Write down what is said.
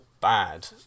bad